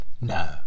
No